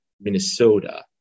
Minnesota